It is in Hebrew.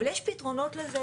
אבל יש פתרונות לזה.